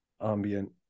ambient